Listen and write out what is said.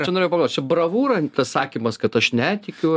čia norėjau paklaust čia bravūra tas sakymas kad aš netikiu